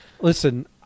listen